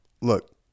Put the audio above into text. look